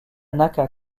naka